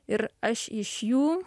ir aš iš jų